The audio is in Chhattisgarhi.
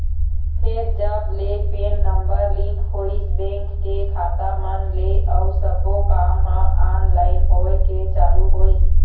फेर जब ले पेन नंबर लिंक होइस बेंक के खाता मन ले अउ सब्बो काम ह ऑनलाइन होय के चालू होइस